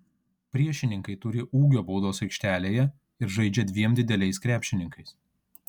priešininkai turi ūgio baudos aikštelėje ir žaidžia dviem dideliais krepšininkais